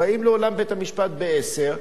באים לאולם בית-המשפט ב-10:00,